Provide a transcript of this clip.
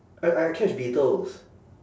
I I catch beetles